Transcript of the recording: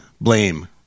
Blame